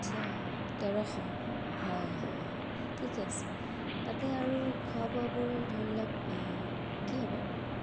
আচ্ছা তেৰশ হয় হয় ঠিক আছে তাতে আৰু খোৱা বোৱাবোৰ ধৰি লওক কি হ'ব